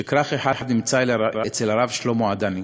שכרך אחד שלו נמצא אצל הרב שלמה עדני.